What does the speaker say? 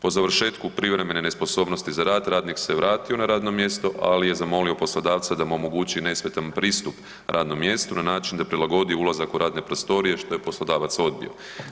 Po završetku privremene nesposobnosti za rad, radnik se vratio na radno mjesto, ali je zamolio poslodavca za da mu omogući nesmetan pristup radnom mjestu na način da prilagodi ulazak u radne prostorije, što je poslodavac odbio.